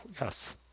yes